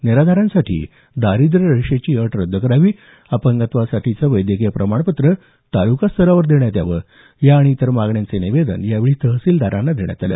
निराधारांसाठी दारिद्र्य रेषेची अट रद्द करावी अपंगत्वासाठीचं वैद्यकीय प्रमाणपत्र ताल्कास्तरावर देण्यात यावं या प्रमुख मागण्यांचं निवेदन यावेळी तहसीलदारांना देण्यात आलं